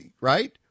right